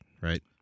right